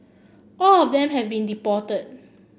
all of them have been deported